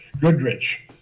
Goodrich